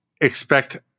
expect